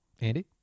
andy